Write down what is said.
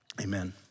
amen